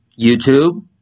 youtube